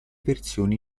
versioni